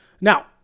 Now